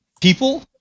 people